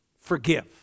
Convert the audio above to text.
Forgive